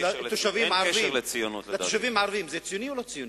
לתושבים הערבים זה ציוני או לא ציוני?